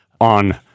on